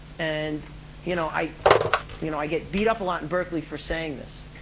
and you know i you know i get beat up a lot in berkeley for saying this,